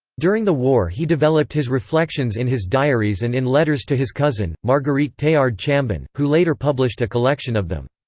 during the war he developed his reflections in his diaries and in letters to his cousin, marguerite teillard-chambon, who later published a collection of them.